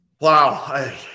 Wow